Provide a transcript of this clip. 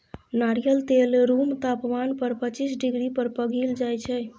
नारियल तेल रुम तापमान पर पचीस डिग्री पर पघिल जाइ छै